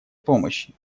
помощи